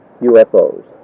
UFOs